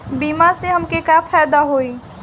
बीमा से हमके का फायदा होई?